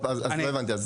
אז לא הבנתי.